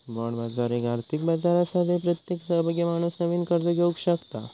bond बाजार एक आर्थिक बाजार आसा जय प्रत्येक सहभागी माणूस नवीन कर्ज घेवक शकता